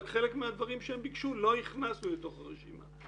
חלק מהדברים שהם ביקשו לא הכנסנו לתוך הרשימה.